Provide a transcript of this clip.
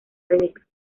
rebeca